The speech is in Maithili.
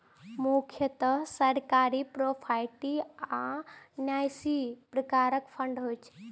मुख्यतः सरकारी, प्रोपराइटरी आ न्यासी प्रकारक फंड होइ छै